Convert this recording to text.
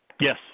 Yes